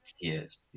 yes